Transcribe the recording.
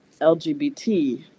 LGBT